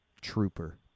Trooper